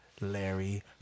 Larry